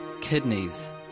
kidneys